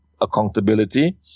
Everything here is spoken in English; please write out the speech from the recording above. accountability